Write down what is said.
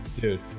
Dude